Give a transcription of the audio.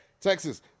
Texas